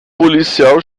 policial